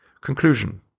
Conclusion